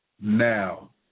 now